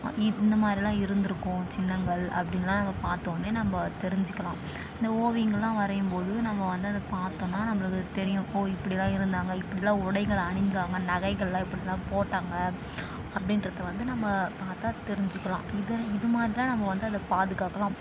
இந்த மாதிரிலாம் இருந்திருக்கும் சின்னங்கள் அப்படின்லாம் நாங்கள் பார்த்தோன்னே நம்ம தெரிஞ்சுக்கலாம் இந்த ஓவியங்களெலாம் வரையும் போது நம்ம வந்து அந்த பார்த்தோன்னா நம்மளுக்கு தெரியும் ஓ இப்படியெலாம் இருந்தாங்க இப்படிலாம் உடைகள் அணிஞ்சாங்கன்னு நகைகளெலாம் இப்படி தான் போட்டாங்க அப்படினுன்றது வந்து நம்ம பார்த்தா தெரிஞ்சுக்கலாம் இது இது மாதிரி தான் நம்ம வந்து அதை பாதுகாக்கலாம்